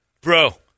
bro